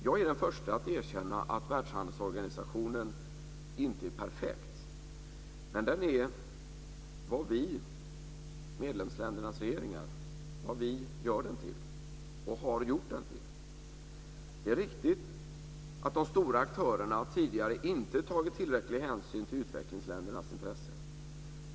Jag är den första att erkänna att Världshandelsorganisationen inte är perfekt, men den är vad vi medlemsländernas regeringar gör den till och har gjort den till. Det är riktigt att de stora aktörerna tidigare inte har tagit tillräcklig hänsyn till utvecklingsländernas intressen.